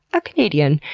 a canadian.